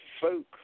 folk